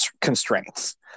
constraints